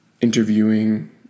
interviewing